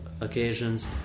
occasions